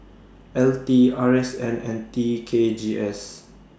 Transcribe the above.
L T R S N and T K G S